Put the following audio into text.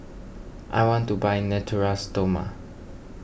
I want to buy Natura Stoma